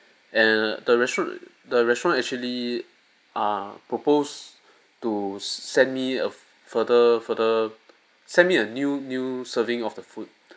and the restroom the restaurant actually uh propose to send me a further further send me a new new serving of the food